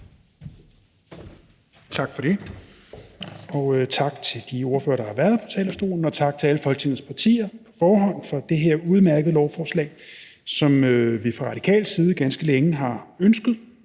Tak for det. Tak til de ordførere, der har været på talerstolen, og tak på forhånd til alle Folketingets partier for det her udmærkede lovforslag, som vi fra radikal side ganske længe har ønsket.